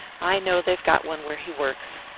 i know they've got one where he works.